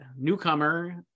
Newcomer